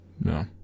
No